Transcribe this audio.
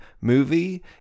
movie